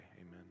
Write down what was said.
amen